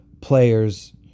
players